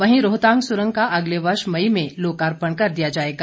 वहीं रोहतांग सुरंग का अगले वर्ष मई में लोकार्पण कर दिया जाएगा